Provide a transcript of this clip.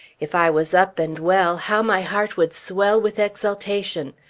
if i was up and well, how my heart would swell with exultation.